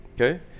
Okay